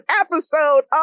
episode